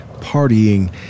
partying